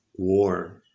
war